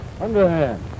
underhand